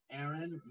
Aaron